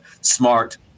smart